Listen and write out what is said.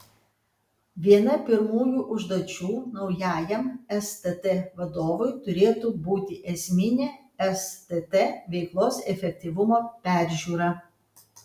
viena pirmųjų užduočių naujajam stt vadovui turėtų būti esminė stt veiklos efektyvumo peržiūra